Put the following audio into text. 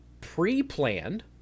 pre-planned